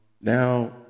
now